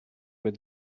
with